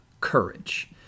courage